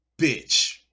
bitch